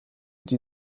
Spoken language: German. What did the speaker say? die